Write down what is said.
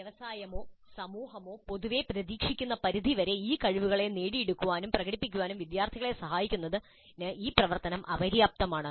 വ്യവസായമോ സമൂഹമോ പൊതുവെ പ്രതീക്ഷിക്കുന്ന പരിധിവരെ ഈ കഴിവുകൾ നേടിയെടുക്കാനും പ്രകടിപ്പിക്കാനും വിദ്യാർത്ഥികളെ സഹായിക്കുന്നതിൽ ഈ പ്രവർത്തനം മാത്രം അപര്യാപ്തമാണ്